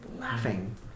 laughing